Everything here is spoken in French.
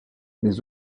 les